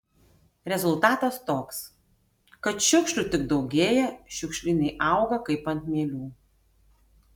rezultatas toks kad šiukšlių tik daugėja šiukšlynai auga kaip ant mielių